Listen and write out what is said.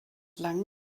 lang